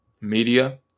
media